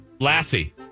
Lassie